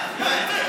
מה זה קשור?